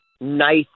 nice